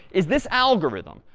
is this algorithm,